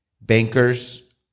Bankers